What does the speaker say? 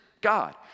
God